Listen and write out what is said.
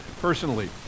personally